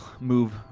move